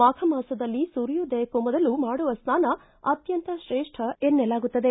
ಮಾಘ ಮಾಸದಲ್ಲಿ ಸೂರ್ಯೋದಯಕ್ಕೂ ಮೊದಲು ಮಾಡುವ ಸ್ನಾನ ಅತ್ಯಂತ ಶ್ರೇಷ್ಠ ಎನ್ನಲಾಗುತ್ತದೆ